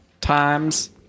times